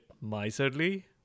miserly